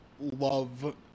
love